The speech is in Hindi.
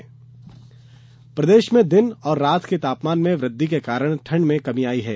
मौसम प्रदेश में दिन और रात के तापमान में वृद्धि के कारण ठंड में कमी आ गई है